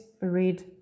read